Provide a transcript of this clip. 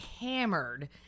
hammered